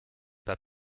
pas